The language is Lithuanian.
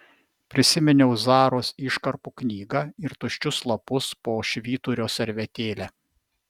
prisiminiau zaros iškarpų knygą ir tuščius lapus po švyturio servetėle